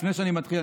לפני שאני מתחיל,